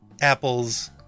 apples